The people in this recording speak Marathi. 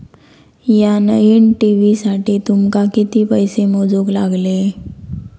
या नईन टी.व्ही साठी तुमका किती पैसे मोजूक लागले?